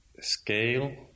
scale